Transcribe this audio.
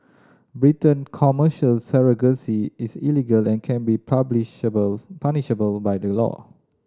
Britain Commercial surrogacy is illegal and can be punishable by law